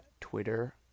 Twitter